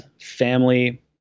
family